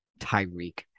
Tyreek